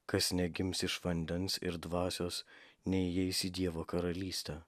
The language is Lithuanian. kas negims iš vandens ir dvasios neįeis į dievo karalystę